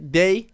day